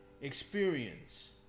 Experience